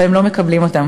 אבל הם לא מקבלים אותן.